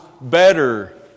better